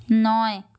নয়